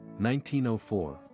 1904